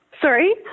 Sorry